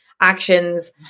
actions